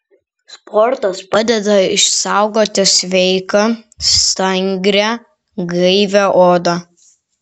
sportas padeda išsaugoti sveiką stangrią gaivią odą